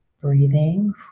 breathing